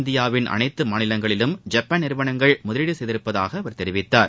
இந்தியாவின் அனைத்து மாநிலங்களிலும் ஜப்பான் நிறுவனங்கள் முதலீடு செய்துள்ளதாக அவர் தெரிவித்தார்